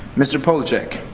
mister polacek.